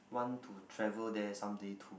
want to travel there someday too